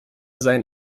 sein